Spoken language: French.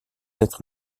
être